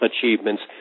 achievements